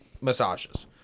massages